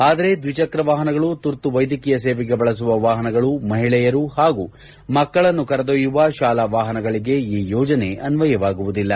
ಆದರೆ ದ್ವಿಚಕ್ರ ವಾಹನಗಳು ತುರ್ತು ವೈದ್ಯಕೀಯ ಸೇವೆಗೆ ಬಳಸುವ ವಾಹನಗಳು ಮಹಿಳೆಯರು ಹಾಗೂ ಮಕ್ಕ ಳನ್ನು ಕರೆದೊಯ್ಯುವ ಶಾಲಾ ವಾಹನಗಳಿಗೆ ಈ ಯೋಜನೆ ಅನ್ಲಯವಾಗುವುದಿಲ್ಲ